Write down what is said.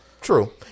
True